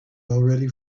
already